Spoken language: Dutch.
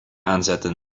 aanzetten